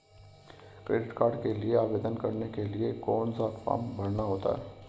Credit card के लिए आवेदन करने के लिए कौन सा फॉर्म भरना होता है?